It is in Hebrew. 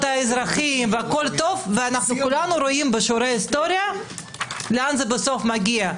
האזרחים והכול טוב וכולנו רואים בשיעורי היסטוריה לאן זה בסוף מגיע,